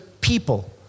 people